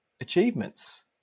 achievements